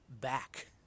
back